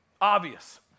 Obvious